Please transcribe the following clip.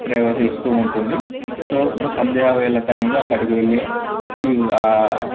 ప్రవహిస్తూ ఉంటుంది సో సంధ్యావేళ టైంలో అక్కడికి వెళ్ళి ఈ